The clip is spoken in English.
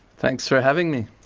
thanks for having me.